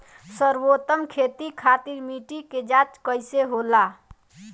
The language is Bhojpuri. सर्वोत्तम खेती खातिर मिट्टी के जाँच कइसे होला?